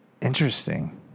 Interesting